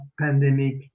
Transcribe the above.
pandemic